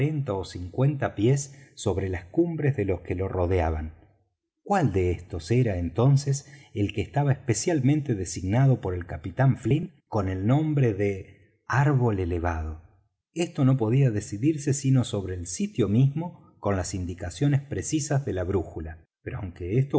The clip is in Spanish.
ó cincuenta pies sobre las cumbres de los que lo rodeaban cuál de estos era entonces el que estaba especialmente designado por el capitán flint con el nombre de árbol elevado esto no podía decidirse sino sobre el sitio mismo con las indicaciones precisas de la brújula pero aunque esto